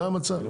זה המצב,